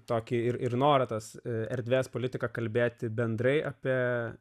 tokį ir ir norą tas erdves politiką kalbėti bendrai apie